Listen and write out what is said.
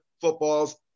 footballs